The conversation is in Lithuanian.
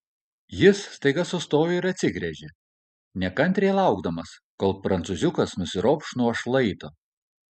jis staiga sustojo ir atsigręžė nekantriai laukdamas kol prancūziukas nusiropš nuo šlaito